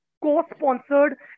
co-sponsored